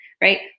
right